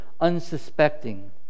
unsuspecting